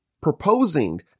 proposing